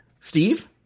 Steve